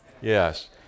Yes